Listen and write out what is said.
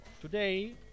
Today